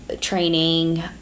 training